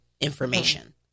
information